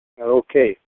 Okay